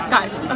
Guys